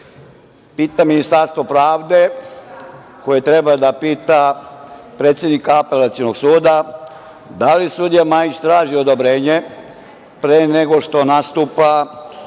Pitam Ministarstvo pravde, koje treba da pita predsednika Apelacionog suda – da li sudija Majić traži odobrenje pre nego što nastupa